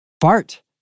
Bart